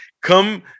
come